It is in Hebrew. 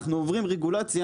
אנחנו עוברים רגולציה,